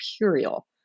imperial